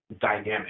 dynamic